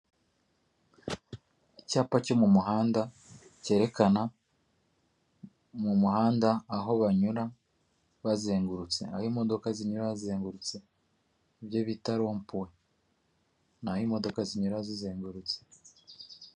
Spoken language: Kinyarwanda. Icyapa cyo mu muhanda cyerekana mu muhanda aho banyura bazengurutse, aho imodoka zinyura zizengurutse ibyo bita rompowe naho imodoka zinyura zizengurutse.